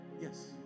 Yes